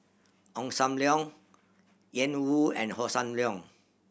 Ong Sam Leong Ian Woo and Hossan Leong